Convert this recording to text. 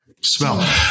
smell